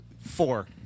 Four